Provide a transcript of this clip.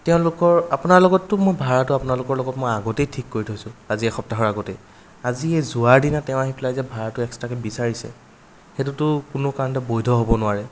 তেওঁলোকৰ আপোনাৰ লগতটো মোৰ ভাৰাটো আপোনালোকৰ লগত মই আগতেই ঠিক কৰি থৈছোঁ আজি এসপ্তাহৰ আগতেই আজি এই যোৱাৰ দিনা তেওঁ আহি পেলাই যে ভাৰাটো এক্সট্ৰাকে বিচাৰিছে সেইটোতো কোনো কাৰণতে বৈধ হ'ব নোৱাৰে